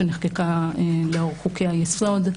שנחקקה לאור חוקי היסוד.